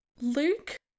Luke